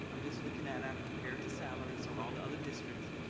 i'm just looking at at comparative salaries from all the other districts.